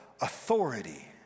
authority